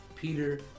Peter